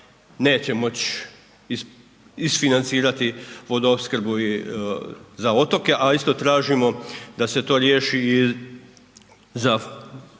neće moći isfinancirati vodoopskrbu i za otoke, a isto tražimo da se to riješi za